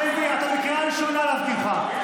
חבר הכנסת בן גביר, אתה בקריאה ראשונה, להזכירך.